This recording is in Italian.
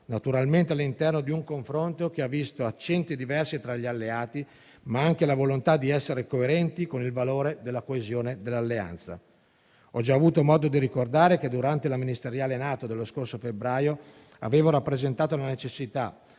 naturalmente all'interno di un confronto che ha visto accenti diversi tra gli alleati, ma anche la volontà di essere coerenti con il valore della coesione dell'Alleanza. Ho già avuto modo di ricordare che, durante la ministeriale nato dello scorso febbraio, avevo rappresentato la necessità